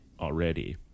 already